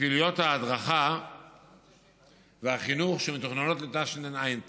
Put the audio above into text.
מפעילויות ההדרכה והחינוך שמתוכננות לתשע"ט